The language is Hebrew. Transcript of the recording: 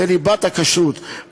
זה ליבת הכשרות.